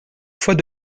fois